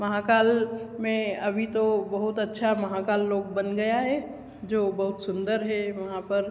महाकाल में अभी तो बहुत अच्छा महाकाल लोक बन गया हे जो बहुत सुंदर है वहाँ पर